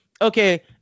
Okay